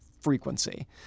frequency